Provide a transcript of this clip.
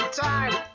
time